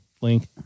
Link